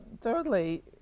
thirdly